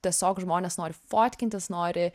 tiesiog žmonės nori fotkintis nori